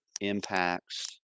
impacts